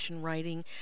writing